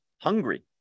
hungry